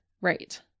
Right